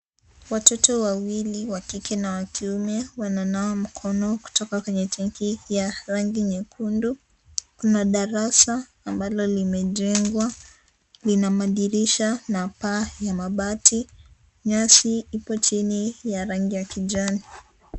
Watoto wawili, wa kike na wa kiume, wana nawa mkono, kutoka kwenye tanki, ya, rangi nyekundu, Kuna darasa ambalo limejengwa, lina madirisha, na paa ya mabati, nyasi ipo chini ya rangi ya kijani.